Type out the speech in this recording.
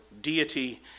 deity